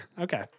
Okay